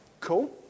cool